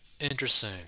Interesting